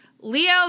Leo